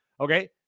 okay